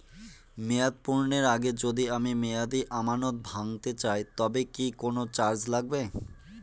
মেয়াদ পূর্ণের আগে যদি আমি মেয়াদি আমানত ভাঙাতে চাই তবে কি কোন চার্জ লাগবে?